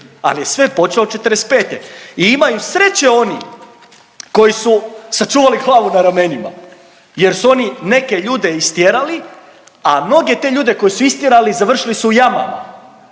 Ali je sve počelo '45. i imaju sreće oni koji su sačuvali glavu na ramenima jer su oni neke ljude istjerali, a mnoge te ljude koji su istjerali, završili su u jamama.